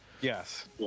Yes